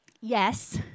Yes